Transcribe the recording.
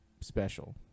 special